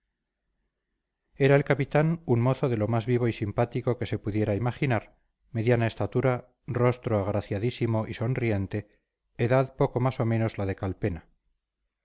era el capitán un mozo de lo más vivo y simpático que se pudiera imaginar mediana estatura rostro agraciadísimo y sonriente edad poco más o menos la de calpena